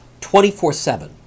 24-7